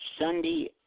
Sunday